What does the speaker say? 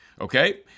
Okay